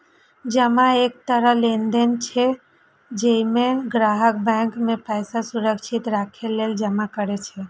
जमा एक तरह लेनदेन छियै, जइमे ग्राहक बैंक मे पैसा सुरक्षित राखै लेल जमा करै छै